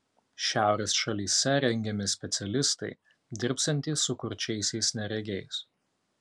šiaurės šalyse rengiami specialistai dirbsiantys su kurčiaisiais neregiais